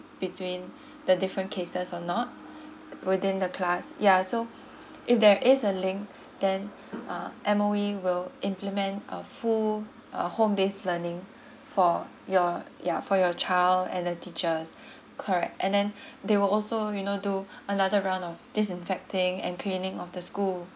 between the different cases or not within the class ya so if there is a link then uh M_O_E will implement a full uh home based learning for your ya for your child and the teachers correct and then they will also you know do another round of disinfecting and cleaning of the school